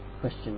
Question